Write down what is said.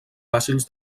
fàcils